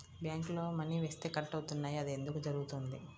బ్యాంక్లో మని వేస్తే కట్ అవుతున్నాయి అది ఎందుకు జరుగుతోంది?